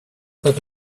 как